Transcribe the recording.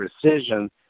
precision